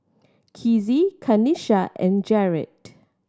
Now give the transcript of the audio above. Kizzie Kanisha and Jered